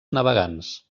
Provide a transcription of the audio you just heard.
navegants